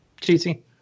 Cheesy